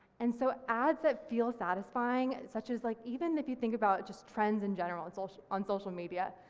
and so ads that feel satisfying such as like even if you think about just trends in general on social on social media,